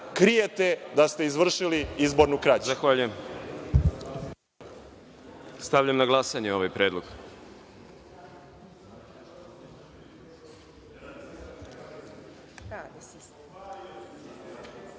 da ste izvršili izbornu krađu.